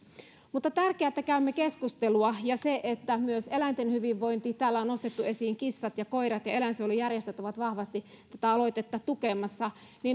on tärkeää että käymme keskustelua myös eläinten hyvinvoinnista täällä on nostettu esiin kissat ja koirat eläinsuojelujärjestöt ovat vahvasti tätä aloitetta tukemassa